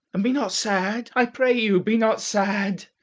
and be not sad, i pray you be not sad.